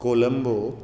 Colombo